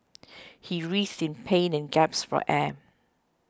he writhed in pain and gasped for air